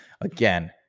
again